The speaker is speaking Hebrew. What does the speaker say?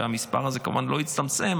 שהמספר הזה כמובן לא יצטמצם,